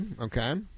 Okay